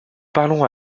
parlons